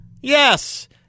Yes